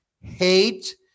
hate